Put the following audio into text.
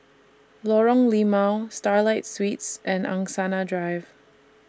Lorong Limau Starlight Suites and Angsana Drive